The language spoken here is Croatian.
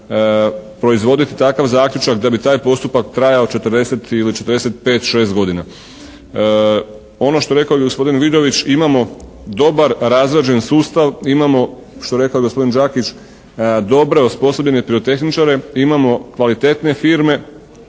proizvoditi takav zaključak da bi taj postupak trajao 40 ili 45, 6 godina. Ono što je rekao i gospodin Vidović imamo dobar razrađen sustav. Imamo što je rekao i gospodin Đakić dobre, osposobljene pirotehničare. Imamo kvalitetne firme.